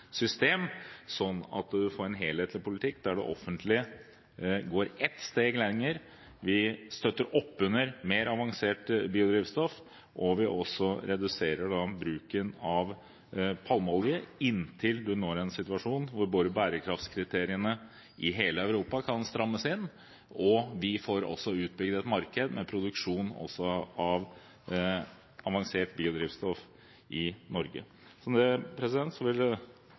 system, slik at vi får en helhetlig politikk der det offentlige går ett steg lenger. Vi støtter opp under mer avansert biodrivstoff, og vi vil også redusere bruken av palmeolje inntil vi er i en situasjon der bærekraftkriteriene i hele Europa kan strammes inn og vi får også utbygd et marked med produksjon av avansert biodrivstoff i Norge. Venstre vil støtte innstillingen og det